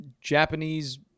japanese